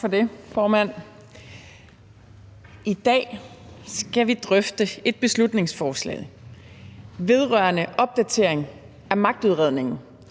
I dag skal vi drøfte et beslutningsforslag vedrørende opdatering af magtudredningen,